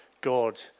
God